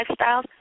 lifestyles